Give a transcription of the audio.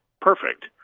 perfect